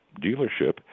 dealership